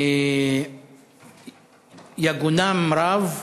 יגונן רב,